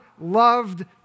loved